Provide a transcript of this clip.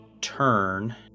turn